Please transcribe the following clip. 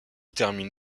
termine